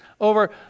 over